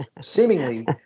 seemingly